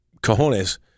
cojones